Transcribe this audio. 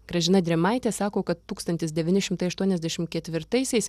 gražina drėmaitė sako kad tūkstantis devyni šimtai aštuoniasdešim ketvirtaisiais